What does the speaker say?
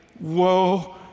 whoa